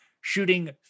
shooting